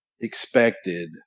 expected